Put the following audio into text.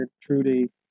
Trudy